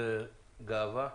זה גאווה.